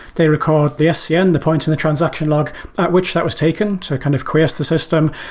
they record the sdn, the points in the transaction log at which that was taken. so kind of queries the system.